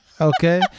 okay